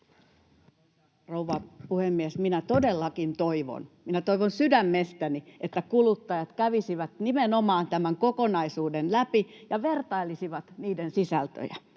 Rouva puhemies! Minä todellakin toivon, minä toivon sydämestäni, että kuluttajat kävisivät nimenomaan tämän kokonaisuuden läpi ja vertailisivat niiden sisältöjä